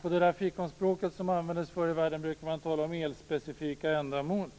På det fikonspråk som användes förr i världen brukade man tala om elspecifika ändamål.